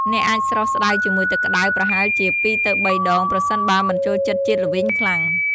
អ្នកអាចស្រុះ ស្តៅជាមួយទឹកក្ដៅ ប្រហែលជា ២ ទៅ៣ ដង ប្រសិនបើមិនចូលចិត្តជាតិល្វីងខ្លាំង។